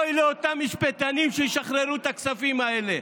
אוי לאותם משפטנים שישחררו את הכספים האלה,